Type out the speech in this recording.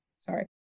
Sorry